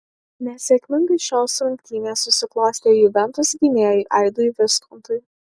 nesėkmingai šios rungtynės susiklostė juventus gynėjui aidui viskontui